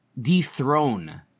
dethrone